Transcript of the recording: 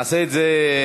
נעשה את זה,